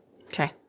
Okay